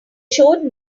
showed